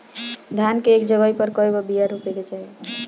धान मे एक जगही पर कएगो बिया रोपे के चाही?